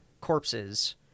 corpses